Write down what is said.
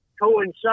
coincide